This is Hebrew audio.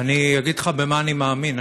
אני אגיד לך במה אני מאמין,